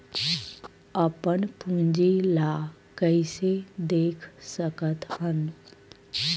अपन पूंजी ला कइसे देख सकत हन?